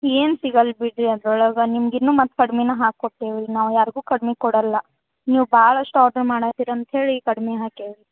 ಏನು ಸಿಗಲ್ಲ ಬಿಡಿ ರೀ ಅದ್ರೊಳಗೆ ನಿಮ್ಗೆ ಇನ್ನೂ ಮತ್ತೆ ಕಡ್ಮೇನಾ ಹಾಕಿ ಕೊಟ್ಟೇವು ರೀ ನಾವು ಯಾರಿಗೂ ಕಡ್ಮೆ ಕೊಡಲ್ಲ ನೀವು ಭಾಳಷ್ಟು ಆರ್ಡರ್ ಮಾಡಕತ್ತೀರಿ ಅಂತೇಳಿ ಕಡ್ಮೆ ಹಾಕೇವಿ ರೀ